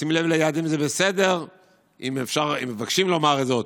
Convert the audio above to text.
לשים לב ליעדים זה בסדר אם מבקשים לומר זאת,